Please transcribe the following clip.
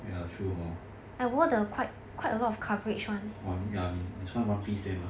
ya true hor orh ya 你穿 one piece 对吗